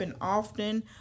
often